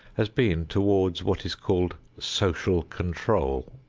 has been toward what is called social control,